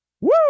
Woo